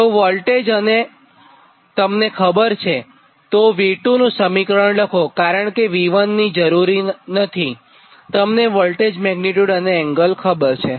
તો વોલ્ટેજ તમને ખબર છે તો V2 નું સમીકરણ તમે લખોકારણ કે V1 માટે તે જરૂરી નથીતમને વોલ્ટેજ મેગ્નીટ્યુડ અને એંગલ ખબર છે